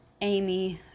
Amy